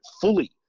fully